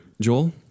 Joel